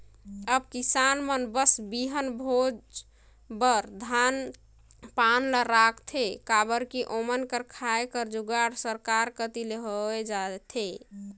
अब किसान मन बस बीहन भोज बर धान पान ल राखथे काबर कि ओमन कर खाए कर जुगाड़ सरकार कती ले होए जाथे